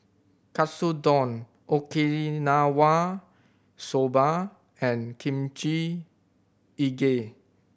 Katsudon Okinawa Soba and Kimchi Jjigae